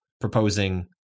proposing